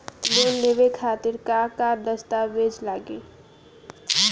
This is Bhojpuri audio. लोन लेवे खातिर का का दस्तावेज लागी?